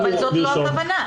אבל זאת לא הכוונה.